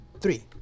three